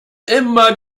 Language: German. immer